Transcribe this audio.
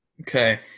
Okay